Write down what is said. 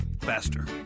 faster